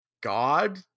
God